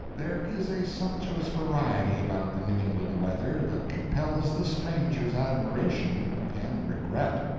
there is a sumptuous variety about the new england weather that compels the stranger's admiration and regret.